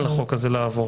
אל תיתן לחוק הזה לעבור.